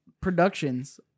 Productions